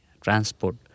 transport